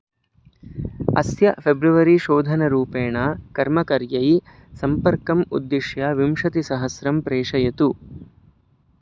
अस्य फ़ेब्रुवरी शोधनरूपेण कर्मकर्यै सम्पर्कम् उद्दिश्य विंशतिसहस्रं प्रेषयतु